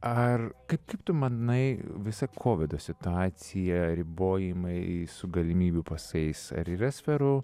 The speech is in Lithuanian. ar kaip kaip tu manai visa kovido situacija ribojimai su galimybių pasais ar yra sferų